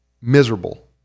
miserable